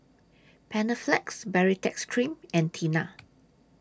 Panaflex Baritex Cream and Tena